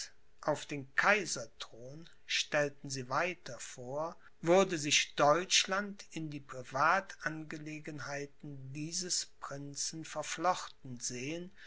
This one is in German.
auf den kaiserthron stellten sie weiter vor würde sich deutschland in die privatangelegenheiten dieses prinzen verflochten sehen